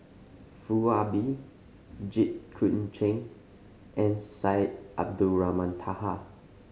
Foo Ah Bee Jit Koon Ch'ng and Syed Abdulrahman Taha